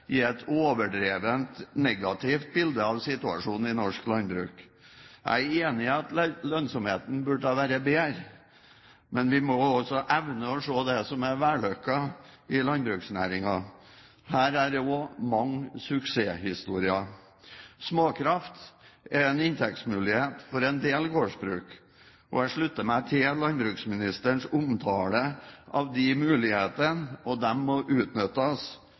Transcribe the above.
et overdrevent negativt bilde av situasjonen i norsk landbruk. Jeg er enig i at lønnsomheten burde vært bedre. Men vi må også evne å se det som er vellykket i landbruksnæringen. Her er det også mange suksesshistorier. Småkraft er en inntektsmulighet for en del gårdsbruk. Jeg slutter meg til landbruksministerens omtale av de mulighetene, og de må utnyttes.